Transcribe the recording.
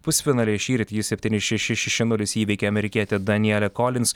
pusfinaly šįryt ji septyni šeši šeši nulis įveikė amerikietę danielę kolins